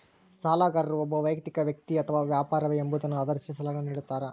ಸಾಲಗಾರರು ಒಬ್ಬ ವೈಯಕ್ತಿಕ ವ್ಯಕ್ತಿ ಅಥವಾ ವ್ಯಾಪಾರವೇ ಎಂಬುದನ್ನು ಆಧರಿಸಿ ಸಾಲಗಳನ್ನುನಿಡ್ತಾರ